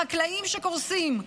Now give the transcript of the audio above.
לחקלאים שקורסים,